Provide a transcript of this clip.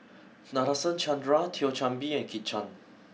Nadasen Chandra Thio Chan Bee and Kit Chan